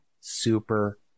super